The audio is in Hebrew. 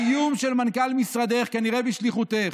האיום של מנכ"ל משרדך, כנראה בשליחותך,